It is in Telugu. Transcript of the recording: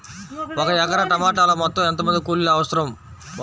ఒక ఎకరా టమాటలో మొత్తం ఎంత మంది కూలీలు అవసరం?